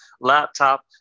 laptop